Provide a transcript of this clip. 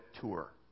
tour